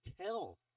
tell